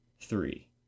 three